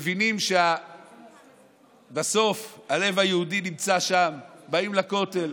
מבינים שבסוף הלב היהודי נמצא שם, באים לכותל.